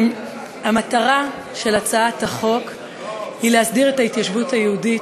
המטרה של הצעת החוק היא להסדיר את ההתיישבות היהודית